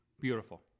Beautiful